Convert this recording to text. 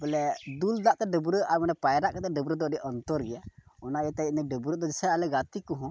ᱵᱚᱞᱮ ᱫᱩᱞ ᱫᱟᱜ ᱛᱮ ᱰᱟᱹᱵᱽᱨᱟᱹ ᱟᱨ ᱢᱟᱱᱮ ᱯᱟᱭᱨᱟᱜ ᱠᱟᱛᱮᱫ ᱰᱟᱹᱵᱽᱨᱟᱹ ᱫᱚ ᱟᱹᱰᱤ ᱚᱱᱛᱚᱨ ᱜᱮᱭᱟ ᱚᱱᱟ ᱤᱭᱟᱹᱛᱮ ᱤᱧᱫᱚ ᱰᱟᱹᱵᱽᱨᱟᱹ ᱫᱚ ᱡᱮᱭᱥᱮ ᱟᱞᱮ ᱜᱟᱛᱮ ᱠᱚᱦᱚᱸ